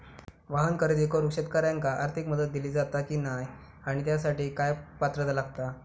वाहन खरेदी करूक शेतकऱ्यांका आर्थिक मदत दिली जाता की नाय आणि त्यासाठी काय पात्रता लागता?